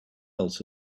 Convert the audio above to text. else